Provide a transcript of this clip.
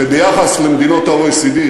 שביחס למדינות ה-OECD,